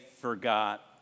forgot